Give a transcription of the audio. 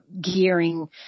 gearing